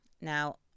Now